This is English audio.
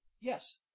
Yes